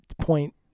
point